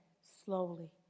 slowly